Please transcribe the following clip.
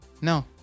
No